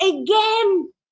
again